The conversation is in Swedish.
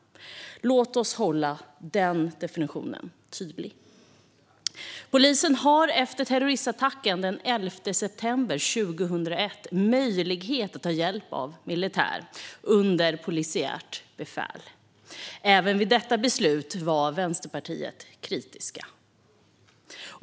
Låt oss hålla den definitionen tydlig. Polisen har efter terroristattacken den 11 september 2001 möjlighet att ta hjälp av militär under polisiärt befäl. Även vid detta beslut var Vänsterpartiet kritiskt.